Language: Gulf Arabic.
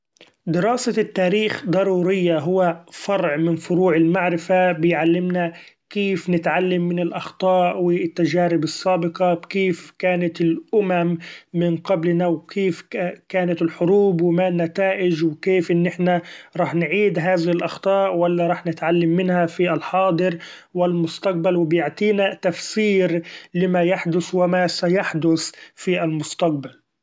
دراسة التاريخ ضرورية هو فرع من فروع المعرفة بيعلمنا كيف نتعلم من الأخطاء و التجارب السابقة ، كيف كانت الأمم من قبلنا و كيف كانت الحروب و ما النتائج و كيف إن احنا رح نعيد هذه الأخطاء و لا رح نتعلم منها في الحاضر و المستقبل و بيعطينا تفسير لما يحدث و ما سيحدث في المستقبل.